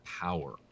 power